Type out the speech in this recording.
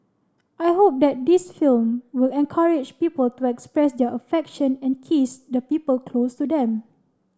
I hope that this film will encourage people to express their affection and kiss the people close to them